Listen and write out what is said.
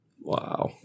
Wow